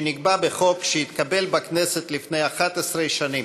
שנקבע בחוק שהתקבל בכנסת לפני 11 שנים,